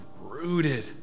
rooted